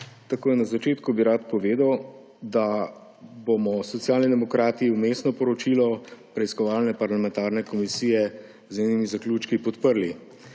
Takoj na začetku bi rad povedal, da bomo Socialni demokrati vmesno poročilo preiskovalne parlamentarne komisije z njenimi zaključki podprli.